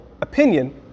opinion